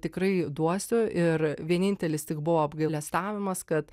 tikrai duosiu ir vienintelis tik buvo apgailestavimas kad